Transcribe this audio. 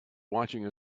watching